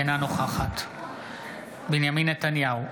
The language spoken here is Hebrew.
אינה נוכחת בנימין נתניהו,